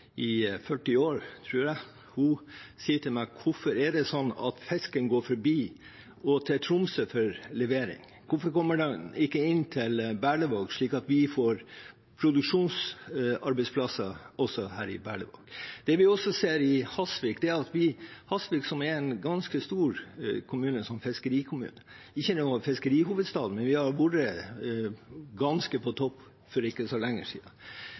i sikkert 40 år, tror jeg, sier til meg: Hvorfor er det sånn at fisken går forbi og til Tromsø for levering? Hvorfor kommer den ikke inn til Berlevåg, slik at vi får produksjonsarbeidsplasser også her i Berlevåg? Det vi også ser i Hasvik, som er en ganske stor kommune som fiskerikommune – ikke noe fiskerihovedstad, men vi var nesten på topp for ikke så lenge